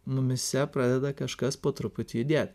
mumyse pradeda kažkas po truputį judėt